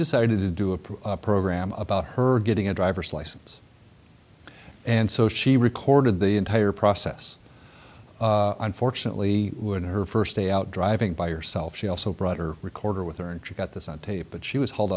decided to do a poor program about her getting a driver's license and so she recorded the entire process unfortunately when her first day out driving by herself she also brought her recorder with her and she got this on tape but she was h